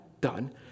done